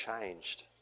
changed